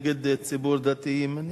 נגד ציבור דתי-ימני.